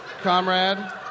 Comrade